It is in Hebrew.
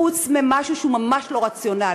חוץ ממשהו שהוא ממש לא רציונלי?